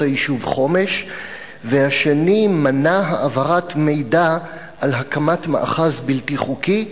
היישוב חומש והשני מנע העברת מידע על הקמת מאחז בלתי חוקי.